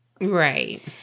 Right